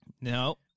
No